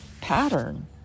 pattern